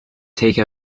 take